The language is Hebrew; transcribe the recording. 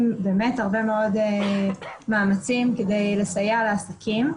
הרבה מאוד מאמצים כדי לסייע לעסקים.